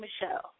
Michelle